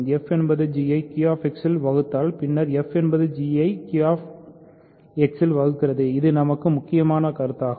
f என்பது g ஐ QX ல் வகுத்தால் பின்னர் f என்பது g ஐ Q X இல் வகுக்கிறது இது நமக்கு முக்கியமான கருத்தாகும்